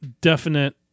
definite